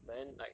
but then like